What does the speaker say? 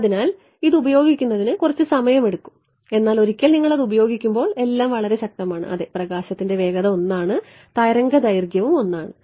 അതിനാൽ ഇത് ഉപയോഗിക്കുന്നതിന് കുറച്ച് സമയമെടുക്കും എന്നാൽ ഒരിക്കൽ നിങ്ങൾ അത് ഉപയോഗിക്കുമ്പോൾ എല്ലാം വളരെ ശക്തമാണ് അതെ പ്രകാശത്തിന്റെ വേഗത 1 ആണ് തരംഗ ദൈർഘ്യവും 1 ആണ്